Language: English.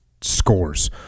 scores